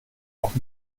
auch